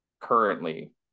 currently